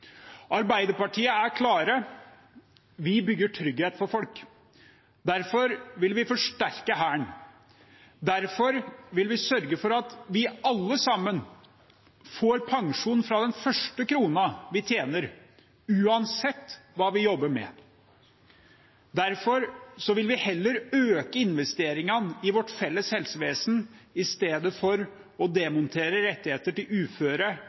Arbeiderpartiet er klare – vi bygger trygghet for folk. Derfor vil vi forsterke Hæren. Derfor vil vi sørge for at vi alle får pensjon fra den første krona vi tjener, uansett hva vi jobber med. Derfor vil vi heller øke investeringene i vårt felles helsevesen enn å demontere rettigheter til uføre